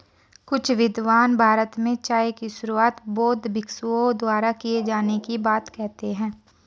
कुछ विद्वान भारत में चाय की शुरुआत बौद्ध भिक्षुओं द्वारा किए जाने की बात कहते हैं